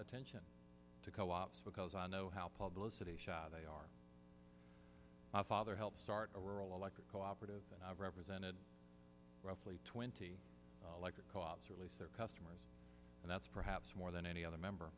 attention to co ops because i know how publicist a shot they are my father helped start a rural electric cooperative and i've represented roughly twenty electric co ops or at least their customers and that's perhaps more than any other member